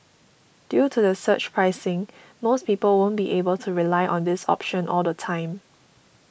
due to surge pricing most people won't be able to rely on this option all the time